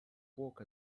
walk